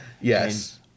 Yes